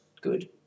good